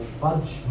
fudge